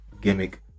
gimmick